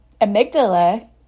amygdala